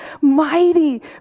mighty